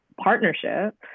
partnership